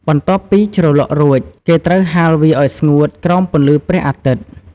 បន្ទាប់ពីជ្រលក់រួច គេត្រូវហាលវាឱ្យស្ងួតក្រោមពន្លឺព្រះអាទិត្យ។